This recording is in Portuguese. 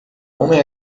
homem